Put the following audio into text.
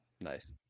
Nice